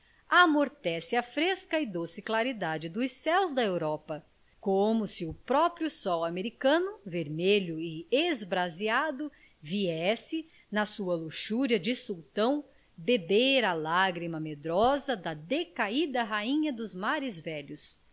amortece a fresca e doce claridade dos céus da europa como se o próprio sol americano vermelho e esbraseado viesse na sua luxúria de sultão beber a lágrima medrosa da decaída rainha dos mares velhos